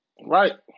Right